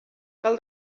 cal